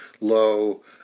low